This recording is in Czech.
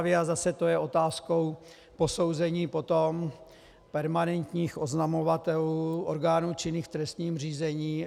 A zase to je otázkou posouzení potom permanentních oznamovatelů orgánů činných v trestním řízení.